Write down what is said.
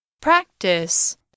Practice